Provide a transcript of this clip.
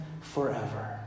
forever